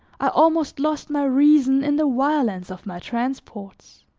i almost lost my reason in the violence of my transports